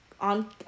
on